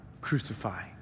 crucify